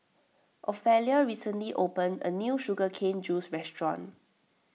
Ofelia recently opened a new Sugar Cane Juice restaurant